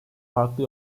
farklı